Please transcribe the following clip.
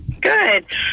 Good